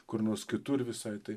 kur nors kitur visai tai